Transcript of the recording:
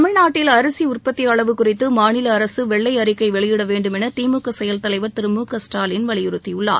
தமிழ்நாட்டில் அரிசி உற்பத்தி அளவு குறித்து மாநில அரசு வெள்ளை அறிக்கை வெளியிட வேண்டும் என திமுக செயல் தலைவர் திரு மு க ஸ்டாலின் வலியுறுத்தியுள்ளார்